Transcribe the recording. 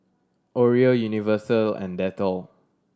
Oreo Universal and Dettol